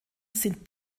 sind